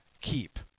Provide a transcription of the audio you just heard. keep